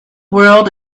world